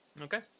Okay